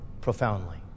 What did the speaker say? profoundly